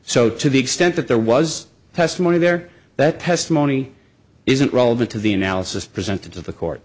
so to the extent that there was testimony there that testimony isn't relevant to the analysis presented to the court